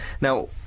Now